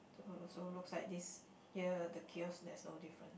also looks like this gear the gear there's no difference